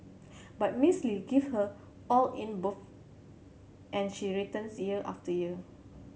but Miss Lee give her all in both and she returns year after year